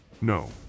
No